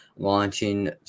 Launching